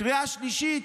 בקריאה שלישית.